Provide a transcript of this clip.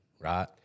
right